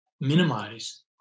minimize